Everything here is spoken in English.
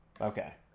okay